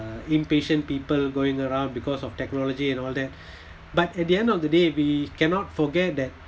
impatient people going around because of technology and all that but at the end of the day we cannot forget that